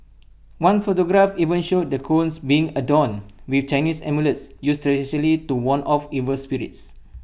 one photograph even showed the cones being adorn with Chinese amulets used traditionally to ward off evil spirits